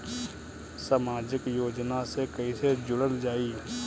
समाजिक योजना से कैसे जुड़ल जाइ?